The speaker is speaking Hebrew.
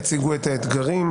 יציגו את האתגרים.